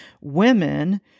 women